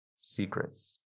secrets